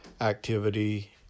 activity